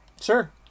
Sure